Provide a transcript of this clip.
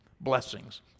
Blessings